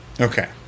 Okay